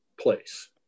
place